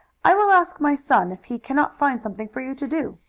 i will ask my son if he cannot find something for you to do.